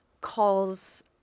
calls